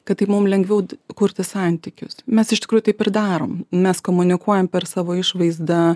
kad tai mum lengviau d kurti santykius mes iš tikrųjų taip ir darom mes komunikuojam per savo išvaizdą